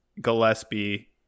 Gillespie